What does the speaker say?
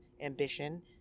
ambition